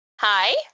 Hi